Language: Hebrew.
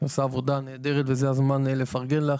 היא עושה עבודה נהדרת וזה הזמן לפרגן לך.